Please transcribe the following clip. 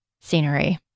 scenery